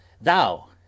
thou